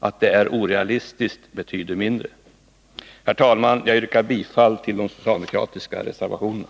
Att det är orealistiskt betyder mindre. Herr talman! Jag yrkar bifall till de socialdemokratiska reservationerna.